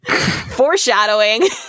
foreshadowing